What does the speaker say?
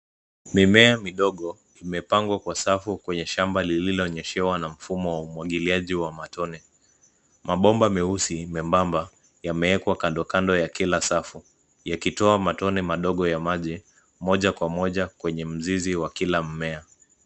Mimea midogo imepangwa kwa safu kwenye shamba lililonyeshewa na mfumo wa umwagiliaji wa matone. Mabomba meusi membamba yameekwa kando kando ya kila safu yakitoa matone madogo ya maji, moja kwa moja kwenye mzizi wa kila mmea.